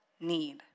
need